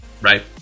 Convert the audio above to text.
right